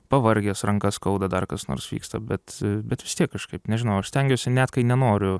pavargęs rankas skauda dar kas nors vyksta bet bet vis tiek kažkaip nežinau ar stengiuosi net kai nenoriu